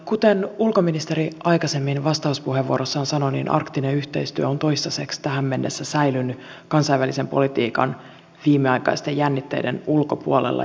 kuten ulkoministeri aikaisemmin vastauspuheenvuorossaan sanoi arktinen yhteistyö on toistaiseksi tähän mennessä säilynyt kansainvälisen politiikan viimeaikaisten jännitteiden ulkopuolella